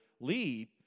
lead